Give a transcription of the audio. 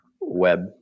web